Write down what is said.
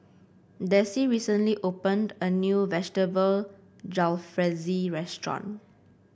Dessie recently opened a new Vegetable Jalfrezi restaurant